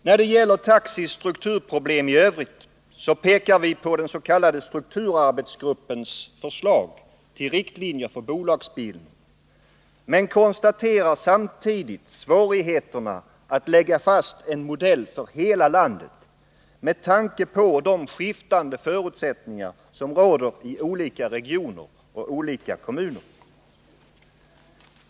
När det gäller taxis strukturproblem i övrigt pekar vi på den s.k. strukturarbetsgruppens förslag till riktlinjer för bolagsbildning, men konstaterar samtidigt svårigheterna med att lägga fast en modell för hela landet, med tanke på de skiftande förutsättningar som råder i olika regioner och kommuner.